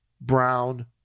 brown